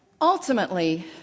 Ultimately